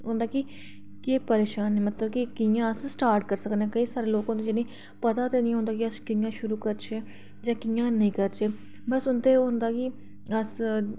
होंदा कि केह् परेशानी मतलब की इ'यां अस स्टार्ट करी सकने केईं लोक होंदा की पता निं होंदा की अस कि'यां शुरू करचै जां कि'यां नेईं करचै बस उं'दे एह् होंदा कि अस